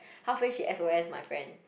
half way she s_o_s my friend